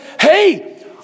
hey